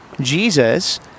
Jesus